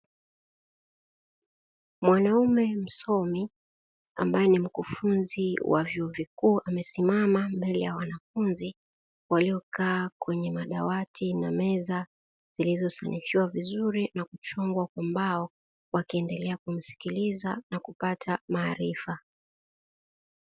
Mwanaume msomi ambaye ni mkufunzi wa vyuo vikuu, amesimama mbele ya wanafunzi waliokaa kwenye madawati na meza zilizosanifiwa vizuri na kuchongwa kwa mbao, wakiendelea kumsikiliza na kupata maarifa.